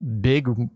big